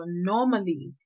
normally